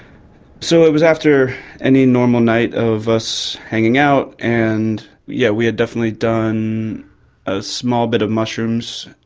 so it was after any normal night of us hanging out and, yeah, we had definitely done a small bit of mushrooms.